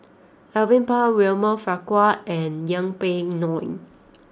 Alvin Pang William Farquhar and Yeng Pway Ngon